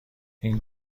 این